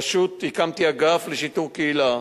הקמתי אגף לשיטור קהילה.